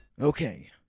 Okay